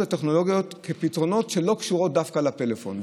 הטכנולוגיות כפתרונות שלא קשורים דווקא לפלאפון.